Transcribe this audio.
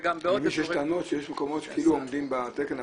כי אני מבין שיש טענות שיש מקומות שכאילו עומדים בתקן,